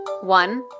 One